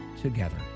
together